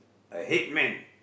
a headman